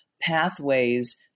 pathways